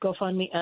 GoFundMe